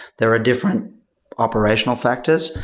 there are different operational factors.